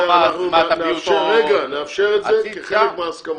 חל --- כוח הצבעה נאפשר את זה כחלק מההסכמות.